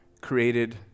Created